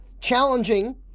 challenging